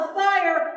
fire